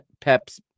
Pep's